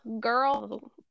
girl